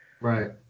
Right